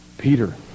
Peter